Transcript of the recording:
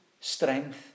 strength